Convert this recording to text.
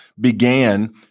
began